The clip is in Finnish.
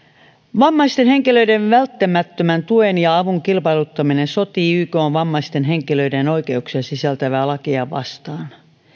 vammaisten henkilöiden välttämättömän tuen ja avun kilpailuttaminen sotii ykn vammaisten henkilöiden oikeuksia sisältävää sopimusta vastaan